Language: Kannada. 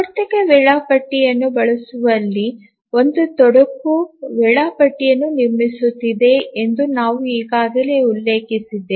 ಆವರ್ತಕ ವೇಳಾಪಟ್ಟಿಯನ್ನು ಬಳಸುವಲ್ಲಿ ಒಂದು ತೊಡಕು ವೇಳಾಪಟ್ಟಿಯನ್ನು ನಿರ್ಮಿಸುತ್ತಿದೆ ಎಂದು ನಾವು ಈಗಾಗಲೇ ಉಲ್ಲೇಖಿಸಿದ್ದೇವೆ